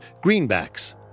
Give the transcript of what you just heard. greenbacks